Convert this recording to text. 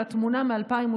של התמונה מ-2019.